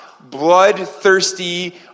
bloodthirsty